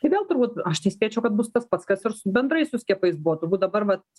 tai vėl turbūt aš tai spėčiau kad bus tas pats kas ir su bendrai su skiepais buvo turbūt dabar vat